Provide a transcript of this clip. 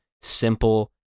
simple